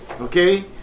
Okay